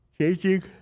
changing